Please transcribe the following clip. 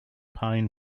pain